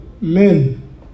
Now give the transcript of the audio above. men